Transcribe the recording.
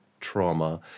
trauma